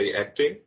acting